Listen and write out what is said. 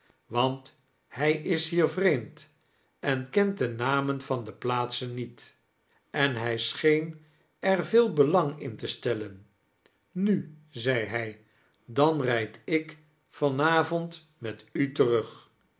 want hij is hier vreemd en kent de namen van de plaatsen niet en hij scheen ar veel belang in te stellen nu zei hij dan rijd ik van avond met u terug